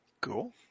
Cool